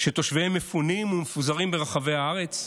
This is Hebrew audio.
שתושביהם מפונים ומפוזרים ברחבי הארץ,